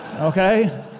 Okay